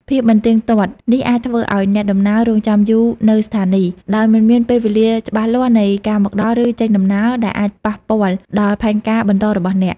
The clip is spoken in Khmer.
ភាពមិនទៀងទាត់នេះអាចធ្វើឱ្យអ្នកដំណើរ រង់ចាំយូរនៅស្ថានីយ៍ ដោយមិនមានពេលវេលាច្បាស់លាស់នៃការមកដល់ ឬចេញដំណើរ ដែលអាចប៉ះពាល់ដល់ផែនការបន្តរបស់អ្នក។